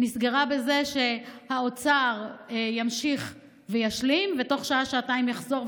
נסגרה בזה שהאוצר ימשיך וישלים ובתוך שעה-שעתיים יחזור,